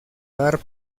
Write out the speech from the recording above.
dar